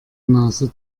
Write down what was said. nase